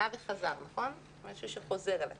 שנה וחזר, משהו שחוזר על עצמו,